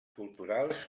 culturals